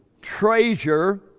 treasure